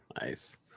nice